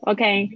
Okay